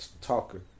talker